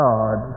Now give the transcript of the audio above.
God